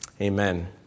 Amen